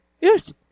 Yes